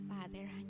Father